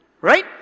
right